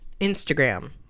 Instagram